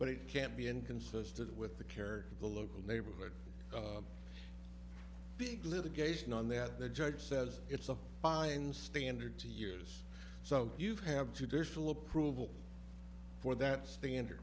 but it can't be inconsistent with the care of the local neighborhood big litigation on that the judge says it's a fine standard two years so you'd have judicial approval for that standard